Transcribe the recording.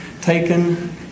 Taken